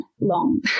long